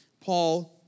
Paul